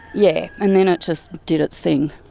yeah and then it just did its thing.